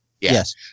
Yes